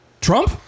Trump